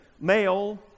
male